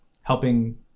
helping